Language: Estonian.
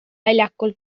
väljakul